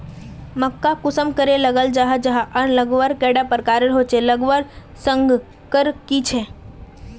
मक्का कुंसम करे लगा जाहा जाहा आर लगवार कैडा प्रकारेर होचे लगवार संगकर की झे?